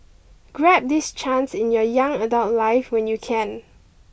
grab this chance in your young adult life when you can